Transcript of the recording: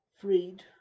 freed